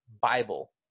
bible